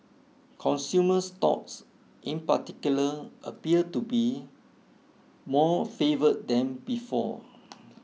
consumer stocks in particular appear to be more favoured than before